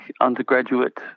undergraduate